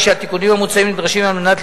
שהיום לוקח על עצמו את רוב הנטל,